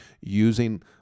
using